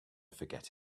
forget